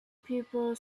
people